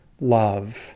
love